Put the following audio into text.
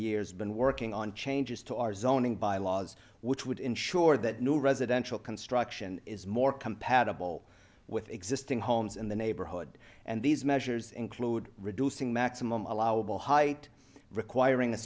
years been working on changes to our zoning bylaws which would ensure that new residential construction is more compatible with existing homes in the neighborhood and these measures include reducing maximum allowable height requiring a